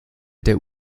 der